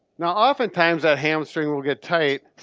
now, oftentimes, that hamstring will get tight.